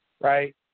right